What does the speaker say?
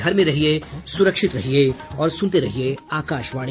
घर में रहिये सुरक्षित रहिये और सुनते रहिये आकाशवाणी